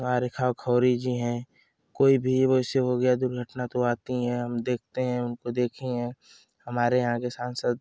आरेखा खौरी जी हैं कोई भी वैसे हो गया दुर्घटना तो आती हैं हम देखते हैं उनको देखे हैं हमारे यहाँ के सांसद